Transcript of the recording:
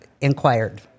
inquired—